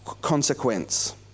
consequence